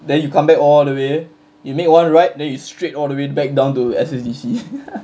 then you come back all the way you make one right then you straight all the way back down to S_S_D_C